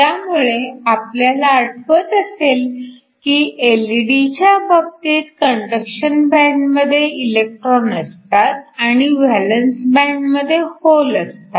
त्यामुळे आपल्याला आठवत असेल की एलईडीच्या बाबतीत कंडक्शन बँड मध्ये इलेक्ट्रॉन असतात आणि व्हॅलन्स बँड मध्ये होल असतात